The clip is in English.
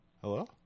hello